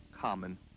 common